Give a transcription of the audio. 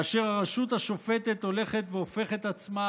כאשר הרשות השופטת הולכת והופכת עצמה